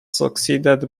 succeeded